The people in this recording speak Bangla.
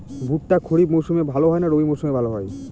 ভুট্টা খরিফ মৌসুমে ভাল হয় না রবি মৌসুমে ভাল হয়?